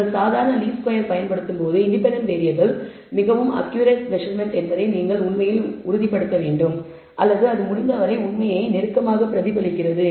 நீங்கள் சாதாரண least square பயன்படுத்தும்போது இன்டெபென்டென்ட் வேறியபிள் மிகவும் அக்கியூரேட் மெஸர்மென்ட் என்பதை நீங்கள் உண்மையில் உறுதிப்படுத்த வேண்டும் அல்லது அது முடிந்தவரை உண்மையை நெருக்கமாக பிரதிபலிக்கிறது